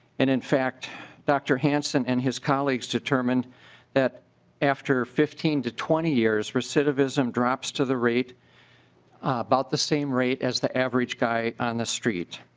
and in fact dr. hansen and his colleagues determined that after fifteen twenty years recidivism drops to the rate about the same rate as the average guy on the street.